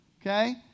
Okay